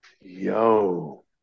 Yo